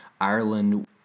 Ireland